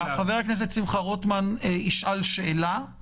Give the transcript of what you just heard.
בבקשה, חבר הכנסת שמחה רוטמן ישאל שאלה.